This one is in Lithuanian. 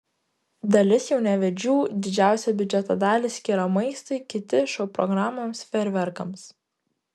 dalis jaunavedžių didžiausią biudžeto dalį skiria maistui kiti šou programoms fejerverkams